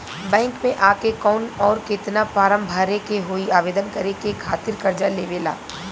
Bank मे आ के कौन और केतना फारम भरे के होयी आवेदन करे के खातिर कर्जा लेवे ला?